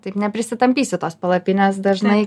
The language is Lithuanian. taip neprisitampysi tos palapinės dažnai